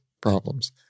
problems